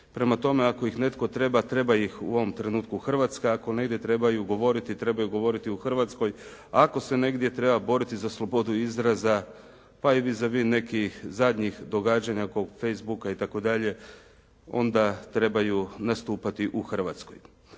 Prema tome ako ih netko treba, treba ih u ovom trenutku Hrvatska, ako negdje trebaju govoriti trebaju govoriti u Hrvatskoj. Ako se negdje treba boriti iza slobodu izraza pa i za vis a vis nekih zadnjih događanja oko facebooka itd. onda trebaju nastupati u Hrvatskoj.